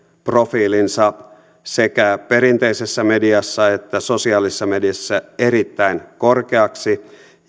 profiilinsa sekä perinteisessä mediassa että sosiaalisessa mediassa erittäin korkeaksi